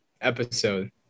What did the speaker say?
episode